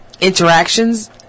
interactions